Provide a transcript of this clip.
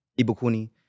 Ibukuni